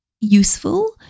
useful